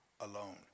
alone